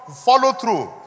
follow-through